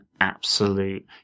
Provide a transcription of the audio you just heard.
absolute